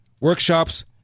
workshops